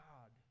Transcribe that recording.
God